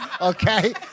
Okay